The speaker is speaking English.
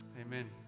amen